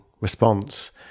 response